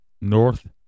north